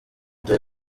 dore